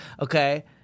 okay